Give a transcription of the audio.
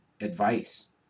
advice